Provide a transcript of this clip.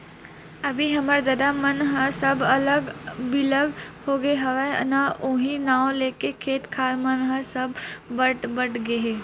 अभी हमर ददा मन ह सब अलग बिलग होगे हवय ना उहीं नांव लेके खेत खार मन ह सब बट बट गे हे